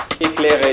éclairé